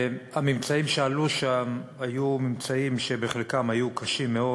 הממצאים שעלו שם היו בחלקם קשים מאוד.